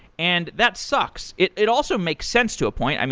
and that sucks. it it also makes sense to a point.